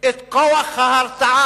את כוח ההרתעה,